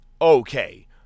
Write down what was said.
okay